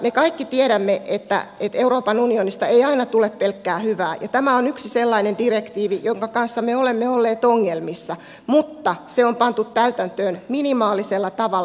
me kaikki tiedämme että euroopan unionista ei aina tule pelkkää hyvää ja tämä on yksi sellainen direktiivi jonka kanssa me olemme olleet ongelmissa mutta se on pantu täytäntöön minimaalisella tavalla